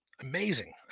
amazing